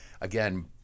again